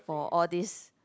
for all this